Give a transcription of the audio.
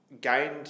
gained